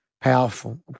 Powerful